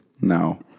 No